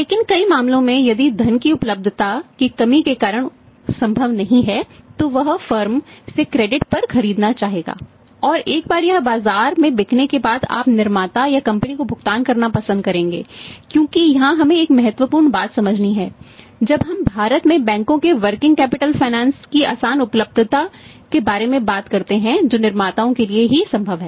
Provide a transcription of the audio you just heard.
लेकिन कई मामलों में यदि धन की उपलब्धता की कमी के कारण उसके लिए संभव नहीं है तो वह फर्म की आसान उपलब्धता के बारे में बात करते हैं जो निर्माताओं के लिए ही संभव है